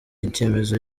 icyemezo